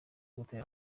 gutera